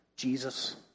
Jesus